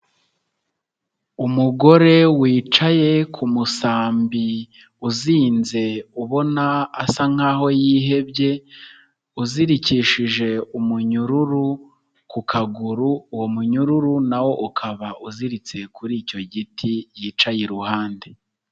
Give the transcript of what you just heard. Umugore wicaye ku musambi uzinze, ubona asa nk'aho yihebye, uzirikishije umunyururu ku kaguru, uwo munyururu nawo, ukaba uziritse kuri icyo giti yicaye iruhande.